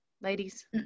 Ladies